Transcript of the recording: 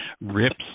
rips